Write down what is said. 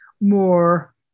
more